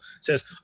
says